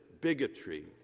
bigotry